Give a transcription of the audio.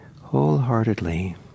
wholeheartedly